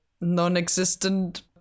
non-existent